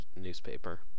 newspaper